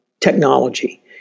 technology